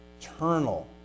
eternal